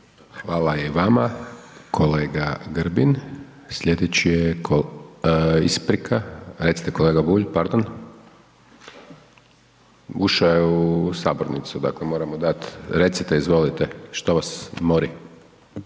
Hvala i vama kolega Grbin. Sljedeći je … Isprika. Recite kolega Bulj, pardon. Ušao je u sabornicu, dakle moram mu dat. Recite, izvolite, što vas mori?